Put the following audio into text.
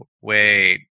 wait